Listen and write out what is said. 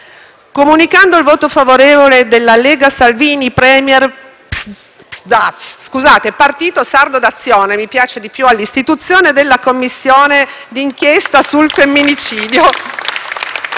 Comunicando il voto favorevole di Lega-Salvini Premier-Partito Sardo d'Azione all'istituzione della Commissione d'inchiesta sul femminicidio,